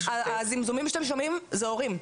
הזמזומים שאתם שומעים אלה ההורים,